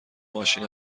ماشین